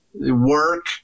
Work